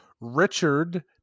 richard